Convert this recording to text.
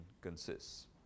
consists